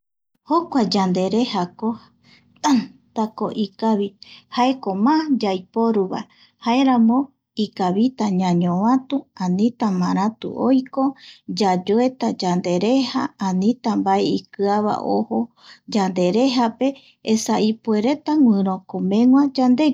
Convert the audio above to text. Jokua yanderejako tantako ikavi jaeko má yaiporuva jaeramo ikavita ñañovatu anita maratu oiko yayoeta yandereja anita mbae ikiava ojo yanderejape esa ipuereta guirokomegua yandegui